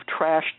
trashed